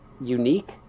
unique